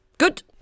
Good